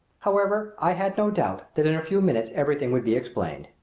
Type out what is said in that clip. however, i had no doubt that in a few minutes everything would be explained.